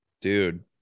dude